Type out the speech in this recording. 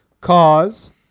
cause